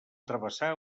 travessar